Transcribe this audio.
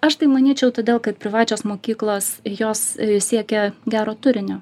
aš tai manyčiau todėl kad privačios mokyklos jos siekia gero turinio